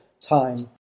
time